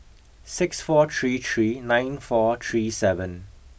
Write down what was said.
six four three three nine four three seven